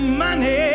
money